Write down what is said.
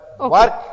work